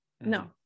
No